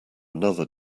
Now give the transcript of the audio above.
another